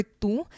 two